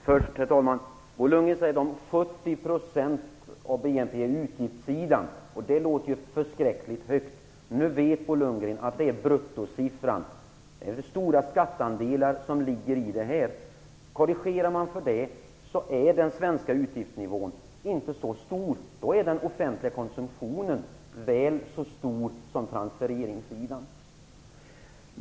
Herr talman! Bo Lundgren talar om att 70 % av BNP gäller utgiftssidan. Det låter förskräckligt mycket. Nu vet Bo Lundgren att det är bruttosiffran. Det ligger stora skatteandelar i detta. Om man gör denna korrigering finner man att den svenska utgiftsnivån inte är så hög. Då är den offentliga konsumtionen väl så stor som transfereringssidan.